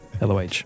loh